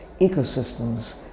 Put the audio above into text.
ecosystems